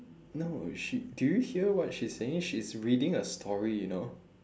no she do you hear what she's saying she's reading a story you know